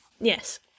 yes